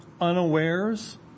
unawares